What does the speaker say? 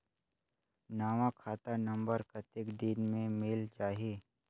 नवा खाता नंबर कतेक दिन मे मिल जाही?